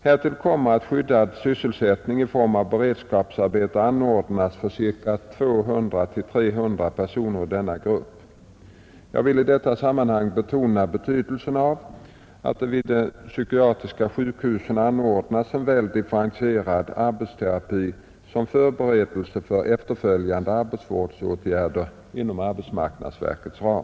Härtill kommer att skyddad sysselsättning i form av beredskapsarbete anordnas för 200-300 personer ur denna grupp. Jag vill i detta sammanhang betona betydelsen av att det vid de psykiatriska sjukhusen anordnas en väl differentierad arbetsterapi som förberedelse för efterföljande arbetsvårdsåtgärder inom arbetsmarknadsverkets ram.